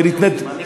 לא היהודים,